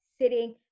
sitting